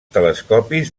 telescopis